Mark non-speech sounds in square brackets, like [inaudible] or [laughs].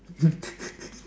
[laughs]